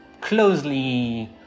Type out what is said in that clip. closely